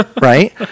right